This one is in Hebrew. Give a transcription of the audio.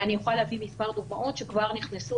ואני אוכל להביא מספר דוגמאות שכבר נכנסו